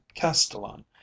Castellan